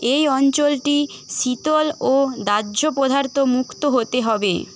এই অঞ্চলটি শীতল ও দাহ্য পদার্থ মুক্ত হতে হবে